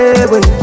away